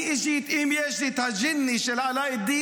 אני אישית, אם יש לי את הג'יני של אלאדין,